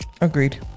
Agreed